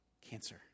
cancer